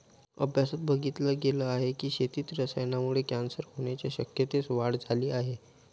अभ्यासात बघितल गेल आहे की, शेतीत रसायनांमुळे कॅन्सर होण्याच्या शक्यतेत वाढ झाली आहे